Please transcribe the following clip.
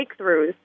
breakthroughs